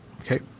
Okay